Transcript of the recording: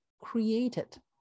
created